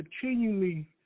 continually